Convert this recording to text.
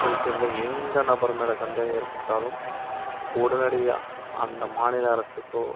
இருக்கின்ற எந்த நபர் மேலே சந்தேகம் ஏற்பட்டாலும் உடனடியாக அந்த மாநில அரசுக்கோ